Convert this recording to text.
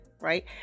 right